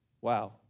Wow